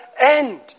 end